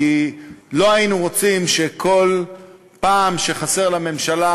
כי לא היינו רוצים שכל פעם שחסר לממשלה